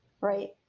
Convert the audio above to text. Right